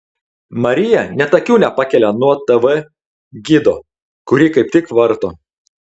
marija net akių nepakelia nuo tv gido kurį kaip tik varto